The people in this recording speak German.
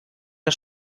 der